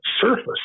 surface